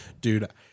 Dude